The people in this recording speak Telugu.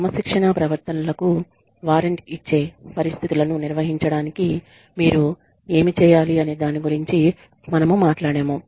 క్రమశిక్షణా ప్రవర్తనలకు వారంట్ ఇచ్చే పరిస్థితులను నిర్వహించడానికి మీరు ఏమి చేయాలి అనే దాని గురించి మనము మాట్లాడాము